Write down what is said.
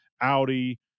Audi